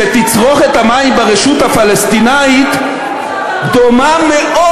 שתצרוכת המים ברשות הפלסטינית דומה מאוד,